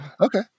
okay